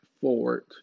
forward